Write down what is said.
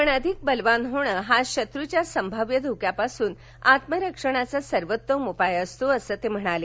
आपण अधिक बलवान होण हाच शत्रूच्या संभाव्य धोक्यापासून आत्मरक्षणाचा सर्वोत्तम उपाय असतो असं ते म्हणाले